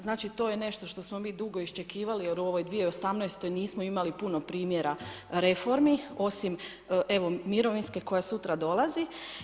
Znači to je nešto što smo mi dugo iščekivali jer u ovoj 2018. nismo imali puno primjera reformi osim evo mirovinske koja sutra dolazi.